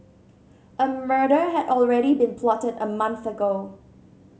a murder had already been plotted a month ago